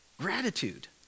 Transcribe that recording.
gratitude